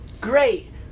great